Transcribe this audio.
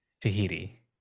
Tahiti